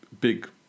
big